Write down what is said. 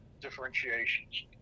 Differentiations